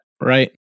right